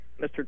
Mr